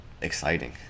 exciting